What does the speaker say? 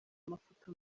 amafoto